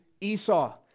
Esau